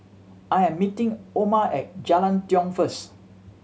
I am meeting Oma at Jalan Tiong first